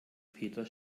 peter